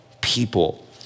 people